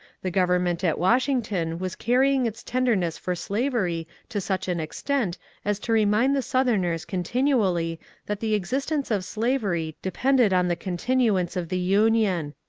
the government at washington was carrying its tenderness for slavery to such an extent as to remind the southerners continually that the existence of slavery depended on the continuance of the union.